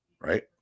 right